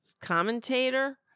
commentator